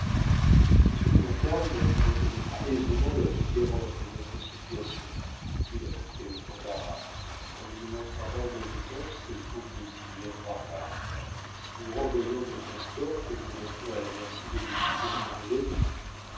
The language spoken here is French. monsieur de montcalm reconnaîtra aisément la différence de notre situation dit-il avec quelque embarras en lui montrant en même temps ces troupes d'auxiliaires barbares si nous renvoyons notre escorte nous restons à la merci de nos plus dangereux ennemis